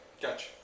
Gotcha